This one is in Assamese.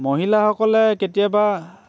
মহিলাসকলে কেতিয়াবা